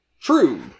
True